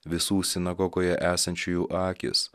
visų sinagogoje esančiųjų akys